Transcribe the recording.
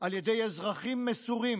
על ידי אזרחים מסורים,